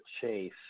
chase